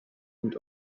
and